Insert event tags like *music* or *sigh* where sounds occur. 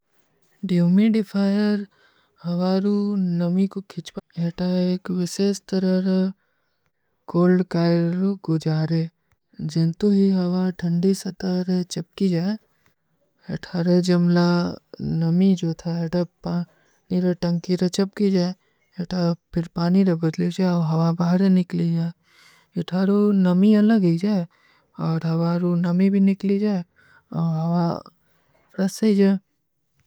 ଦ୍ଯୂମୀ ଡିଫାଯର ହଵାରୂ ନମୀ କୋ ଖିଚ ପାଏ। ଯେଟା ଏକ ଵିଶେଶ ତରହ ରହା, *hesitation* କୋଲ୍ଡ କାଇଲ ରୋ ଗୁଜାରେ। ଜିନ୍ତୁ ହୀ ହଵା ଥଂଡୀ ସତର ଚପକୀ ଜାଏ। ଯେଟାର ଜମଲା ନମୀ ଜୋ ଥା, ଯେଟା ପାନୀ ରହ ଟଂକୀ ରହ ଚପକୀ ଜାଏ। ଯେଟା ପିର ପାନୀ ରହ ବଦଲେ ଜାଏ, ହଵା ବାହରେ ନିକଲେ ଜାଏ। ଯେଟାରୋ ନମୀ ଅଲଗେ ଜାଏ, ଧାଵାରୋ ନମୀ ଭୀ ନିକଲେ ଜାଏ, ହଵା ରସେ ଜାଏ।